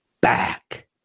back